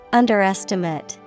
underestimate